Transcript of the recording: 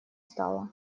стала